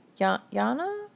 Yana